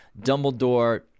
Dumbledore